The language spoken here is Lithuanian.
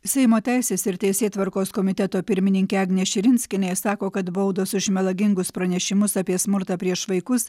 seimo teisės ir teisėtvarkos komiteto pirmininkė agnė širinskienė sako kad baudos už melagingus pranešimus apie smurtą prieš vaikus